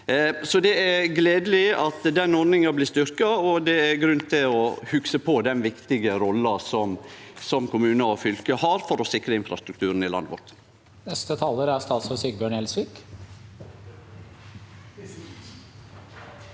det er gledeleg at den ordninga blir styrkt, og det er grunn til å hugse på den viktige rolla som kommunar og fylke har i å sikre infrastrukturen i landet vårt.